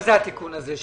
מה זה "התיקון הזה"?